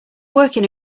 working